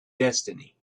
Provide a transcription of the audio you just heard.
destiny